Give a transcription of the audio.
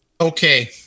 Okay